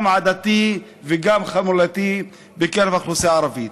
גם עדתי וגם חמולתי, בקרב האוכלוסייה הערבית.